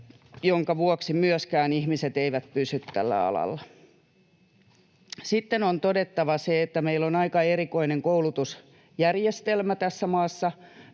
jonka vuoksi myöskään ihmiset eivät pysy tällä alalla. Sitten on todettava se, että meillä on aika erikoinen koulutusjärjestelmä tässä maassa.